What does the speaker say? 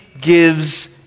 gives